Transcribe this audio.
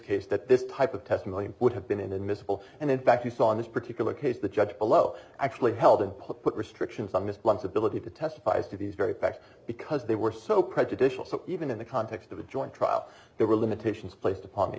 that this type of testimony and would have been in admissible and in fact you saw in this particular case the judge below actually held and put restrictions on this once ability to testify as to these very fact because they were so prejudicial so even in the context of a joint trial there were limitations placed upon the